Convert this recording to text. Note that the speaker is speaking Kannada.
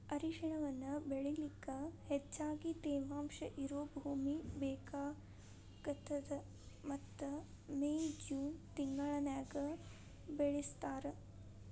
ಅರಿಶಿಣವನ್ನ ಬೆಳಿಲಿಕ ಹೆಚ್ಚಗಿ ತೇವಾಂಶ ಇರೋ ಭೂಮಿ ಬೇಕಾಗತದ ಮತ್ತ ಮೇ, ಜೂನ್ ತಿಂಗಳನ್ಯಾಗ ಬೆಳಿಸ್ತಾರ